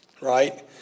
Right